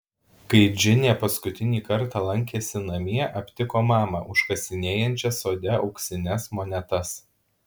kai džinė paskutinį kartą lankėsi namie aptiko mamą užkasinėjančią sode auksines monetas